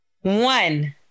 one